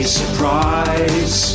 surprise